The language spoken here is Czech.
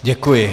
Děkuji.